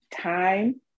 time